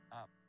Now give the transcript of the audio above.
up